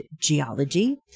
Geology